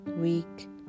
week